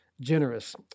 generous